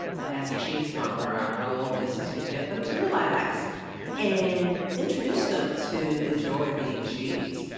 but, as a cheesemonger our goal is to get them to relax and introduce them to the joy of eating cheese.